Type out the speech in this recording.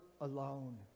alone